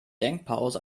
denkpause